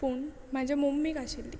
पूण म्हज्या मम्मीक आशिल्ली